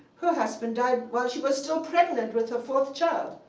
her husband died while she was still pregnant with her fourth child.